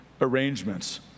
arrangements